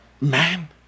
man